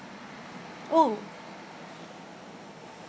oh